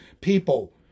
people